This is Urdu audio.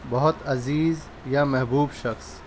بہت عزیز یا محبوب شخص